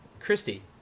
Christy